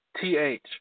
TH